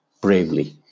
bravely